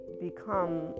become